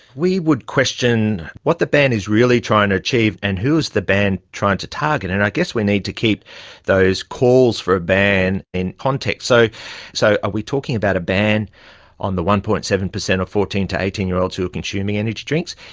we would question what the ban is really trying to achieve and who is the ban trying to target. and i guess we need to keep those calls for a ban in context. so so are we talking about a ban on the one. seven percent of fourteen to eighteen year olds who are consuming energy drinks?